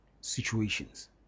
situations